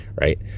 right